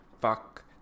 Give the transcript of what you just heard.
fuck